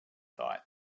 thought